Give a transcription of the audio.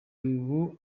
ubu